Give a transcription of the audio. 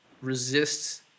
resists